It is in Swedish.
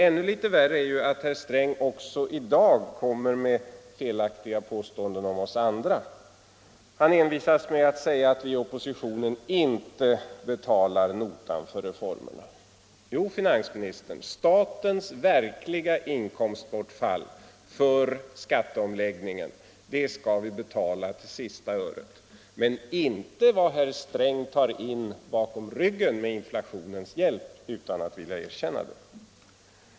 Ännu litet värre är att finansminister Sträng också i dag kommer med felaktiga påståenden om oss andra. Han envisas med att säga att vi inom oppositionen inte betalar notan för reformerna. Jo, herr finansminister, statens verkliga inkomstbortfall för skatteomläggningen, det skall vi betala till sista öret. Men vi skall inte betala vad finansminister Sträng tar in bakom ryggen på oss med inflationens hjälp och utan att vilja erkänna det.